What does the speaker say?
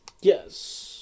Yes